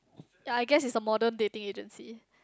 ya I guess is a modern dating agency